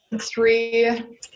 Three